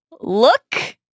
Look